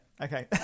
okay